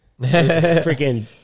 Freaking